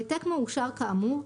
העתק מאושר כאמור,